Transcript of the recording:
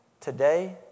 today